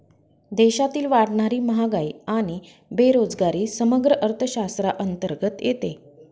देशातील वाढणारी महागाई आणि बेरोजगारी समग्र अर्थशास्त्राअंतर्गत येते